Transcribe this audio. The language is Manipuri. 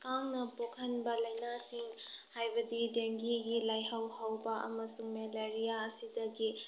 ꯀꯥꯡꯅ ꯄꯣꯛꯍꯟꯕ ꯂꯩꯅꯥꯁꯤꯡ ꯍꯥꯏꯕꯗꯤ ꯗꯦꯡꯒꯤꯒꯤ ꯂꯥꯏꯍꯧ ꯍꯧꯕ ꯑꯃꯁꯨꯡ ꯃꯦꯂꯔꯤꯌꯥ ꯑꯁꯤꯗꯒꯤ